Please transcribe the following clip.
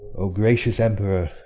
o gracious emperor!